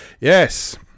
yes